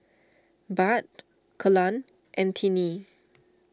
Bud Kelan and Tiney